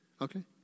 okay